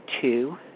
two